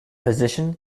position